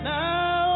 now